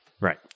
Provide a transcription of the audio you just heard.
right